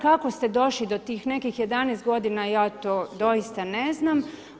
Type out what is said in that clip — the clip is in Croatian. Kako ste došli do tih nekih 11 godina ja to doista ne znam.